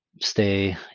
stay